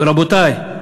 ורבותי,